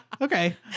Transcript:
Okay